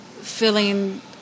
feeling